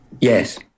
Yes